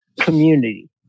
community